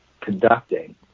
conducting